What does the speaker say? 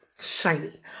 shiny